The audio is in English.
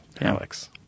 Alex